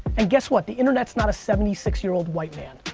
and guess what, the internet's not a seventy six year old white man.